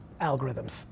algorithms